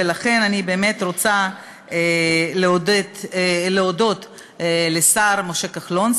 ולכן אני באמת רוצה להודות לשר משה כחלון,